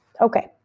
okay